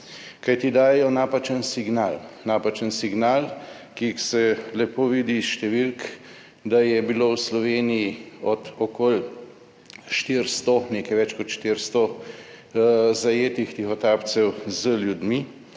signal. Napačen signal, ki se lepo vidi iz številk, da je bilo v Sloveniji od okoli 400 nekaj več kot 400 zajetih tihotapcev z ljudmi.